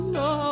no